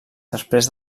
després